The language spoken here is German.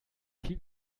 viel